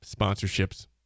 Sponsorships